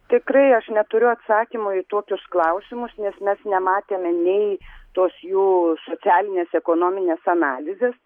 tikrai aš neturiu atsakymo į tokius klausimus nes mes nematėme nei tos jų socialinės ekonominės analizės